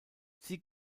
sie